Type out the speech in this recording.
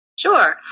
Sure